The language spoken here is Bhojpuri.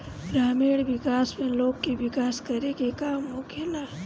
ग्रामीण विकास में लोग के विकास करे के काम होखेला